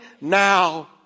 now